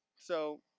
so,